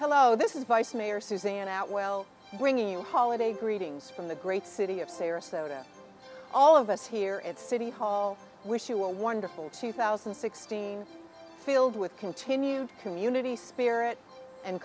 hello this is vice mayor susanne outwell bringing you holiday greetings from the great city of sarasota all of us here at city hall wish you a wonderful two thousand and sixteen field with continued community spirit and